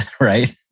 right